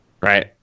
right